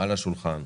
על השולחן,